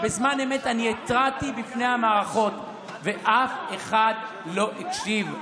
בזמן אמת אני התרעתי בפני המערכות ואף אחד לא הקשיב.